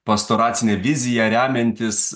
pastoracine vizija remiantis